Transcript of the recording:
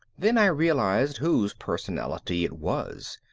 then i realized whose personality it was.